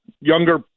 younger